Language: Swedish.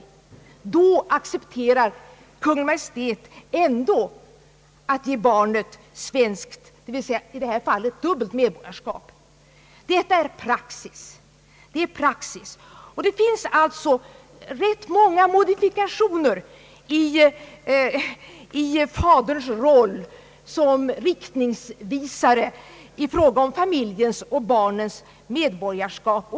I sådana fall accepterar Kungl. Maj:t ändå att ge barnet svenskt, dvs. i det här fallet dubbelt medborgarskap. Detta är praxis, och det finns alltså rätt många modifikationer i faderns roll som riktningsvisare i fråga om familjens och barnens medborgarskap.